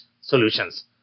solutions